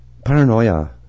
Paranoia